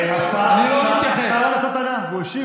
שר הדתות ענה, הוא השיב.